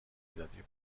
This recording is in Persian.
دادی